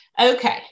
Okay